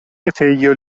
retejo